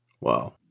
Wow